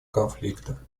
конфликта